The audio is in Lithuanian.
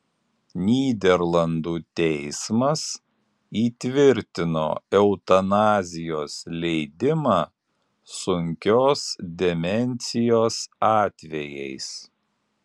nyderlandų teismas įtvirtino eutanazijos leidimą sunkios demencijos atvejais